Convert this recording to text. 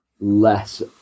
less